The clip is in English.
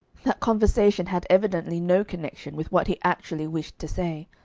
that conversation had evidently no connection with what he actually wished to say.